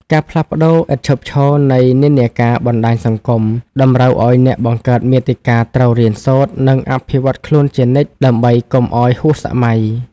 ការផ្លាស់ប្តូរឥតឈប់ឈរនៃនិន្នាការបណ្តាញសង្គម តម្រូវឱ្យអ្នកបង្កើតមាតិកាត្រូវរៀនសូត្រ និងអភិវឌ្ឍខ្លួនជានិច្ចដើម្បីកុំឱ្យហួសសម័យ។